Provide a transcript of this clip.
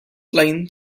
line